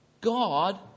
God